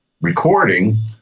recording